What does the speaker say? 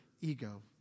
ego